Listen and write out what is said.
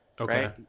Okay